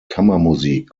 kammermusik